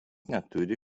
neturi